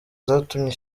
zatumye